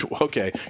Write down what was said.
okay